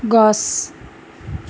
গছ